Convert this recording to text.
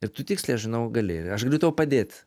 ir tu tiksliai aš žinau gali aš galiu tau padėt